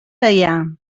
deià